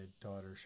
daughter